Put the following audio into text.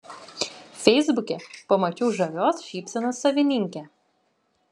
feisbuke pamačiau žavios šypsenos savininkę